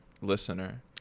listener